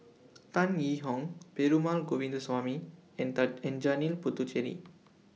Tan Yee Hong Perumal Govindaswamy and and Janil Puthucheary